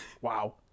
Wow